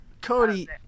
Cody